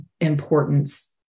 importance